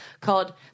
called